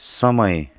समय